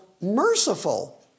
merciful